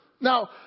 Now